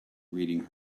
reading